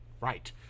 Right